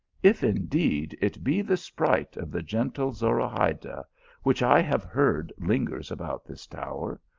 if indeed it be the sprite of the gentle zorahayda, which i have heard lingers about this tower,